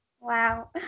wow